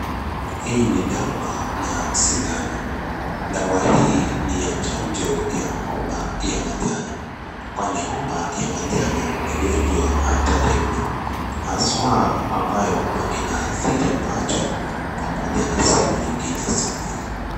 Hii ni dawa na sindano. Dawa hii ni ya chanjo ya homa ya manjano. Kwani homa ya manjano ni ugonjwa hatari mno. Haswa ambayo huwa inaadhiri macho pamoja na sehemu nyingine za mwili.